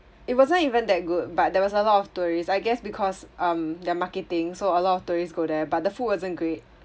it wasn't even that good but there was a lot of tourists I guess because um their marketing so a lot of tourists go there but the food wasn't great